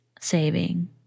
saving